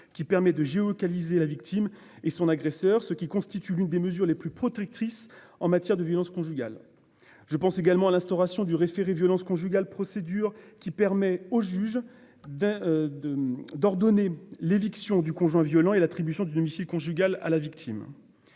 qui permet de géolocaliser la victime et son agresseur, ce qui constitue l'une des mesures les plus protectrices en matière de violences conjugales. Je pense également à l'instauration du référé violences conjugales, procédure qui permet au juge d'ordonner l'éviction du conjoint violent et l'attribution du domicile conjugal à la victime.